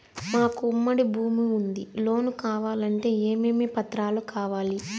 మాకు ఉమ్మడి భూమి ఉంది లోను కావాలంటే ఏమేమి పత్రాలు కావాలి?